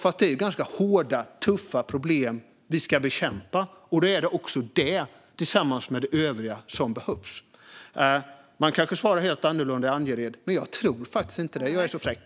Men det är ganska hårda och tuffa problem som vi ska bekämpa, och då är det också det, tillsammans med det övriga, som behövs. Man kanske svarar helt annorlunda i Angered, men jag tror faktiskt inte det. Jag är så fräck.